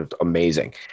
amazing